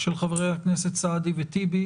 של חברי הכנסת סעדי וטיבי.